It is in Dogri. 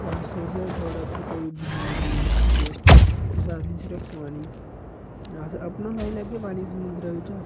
केह् अस तुस थुआढ़ै पर कोई डिमांड निं रखगे तुस सिर्फ अ'सेंगी पानी अस अपना लाई लैग्गे पानी समुंदरै बिच्चा